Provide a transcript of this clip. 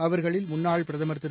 அவர்களில் முன்னாள் பிரதமர் திரு